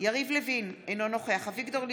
יריב לוין, אינו נוכח אביגדור ליברמן,